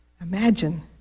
Imagine